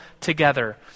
together